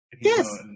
Yes